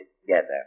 together